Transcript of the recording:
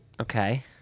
Okay